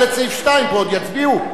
סעיף 2 ועוד יצביעו.